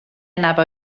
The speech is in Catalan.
anava